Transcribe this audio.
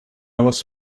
was